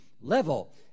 level